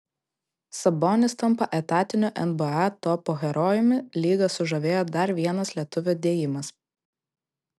sabonis tampa etatiniu nba topų herojumi lygą sužavėjo dar vienas lietuvio dėjimas